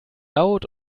laut